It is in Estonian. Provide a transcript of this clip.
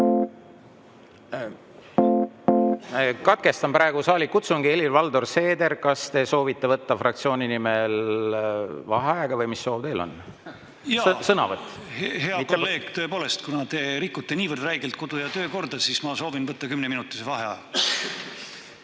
Katkestan praegu saalikutsungi. Helir-Valdor Seeder, kas te soovite võtta fraktsiooni nimel vaheaega või mis soov teil on? Jaa. Sõnavõtt? Hea kolleeg, tõepoolest, kuna te rikute niivõrd räigelt kodu- ja töökorda, siis ma soovin võtta kümneminutilise vaheaja.